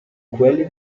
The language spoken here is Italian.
quelli